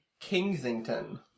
Kingsington